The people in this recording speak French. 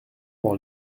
dans